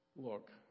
Look